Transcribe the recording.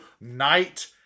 night